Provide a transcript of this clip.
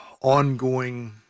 ongoing